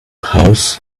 house